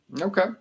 okay